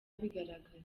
bigaragara